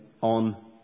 on